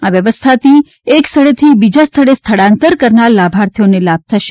આ વ્યવસ્થાથી એકસ્થળેથી બીજા સ્થળે સ્થળાંતર કરનારા લાભાર્થીઓને લાભ થશે